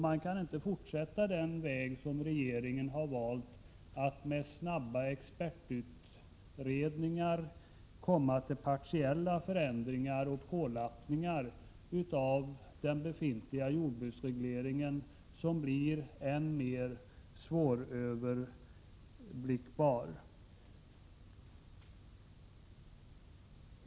Man kan inte fortsätta den väg som regeringen har valt, dvs. att med snabba expertutredningar komma fram till partiella förändringar och pålappningar av den befintliga jordbruksregleringen, som blir än mer svåröverblickbar.